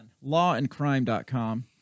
Lawandcrime.com